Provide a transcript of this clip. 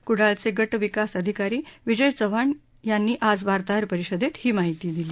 क्डाळचे गट विकास अधिकारी विजय चव्हाण यांनी आज वार्ताहर परिषदेत ही माहिती दिली